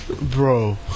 Bro